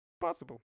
Possible